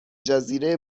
جزیره